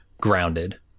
grounded